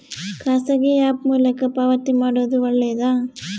ಖಾಸಗಿ ಆ್ಯಪ್ ಮೂಲಕ ಪಾವತಿ ಮಾಡೋದು ಒಳ್ಳೆದಾ?